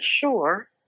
sure